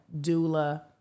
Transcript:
doula